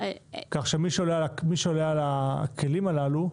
כך שמי שעולה על הכלים הללו,